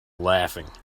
laughing